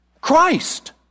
Christ